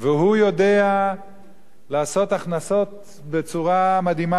והוא יודע לעשות הכנסות בצורה מדהימה,